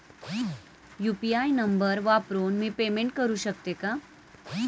UPI number वापरून मी payment करू शकते का?